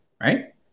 Right